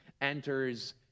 enters